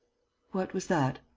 what was that?